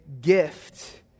gift